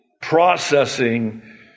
processing